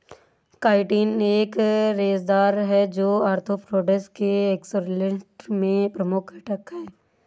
chitin एक रेशेदार है, जो आर्थ्रोपोड्स के एक्सोस्केलेटन में प्रमुख घटक है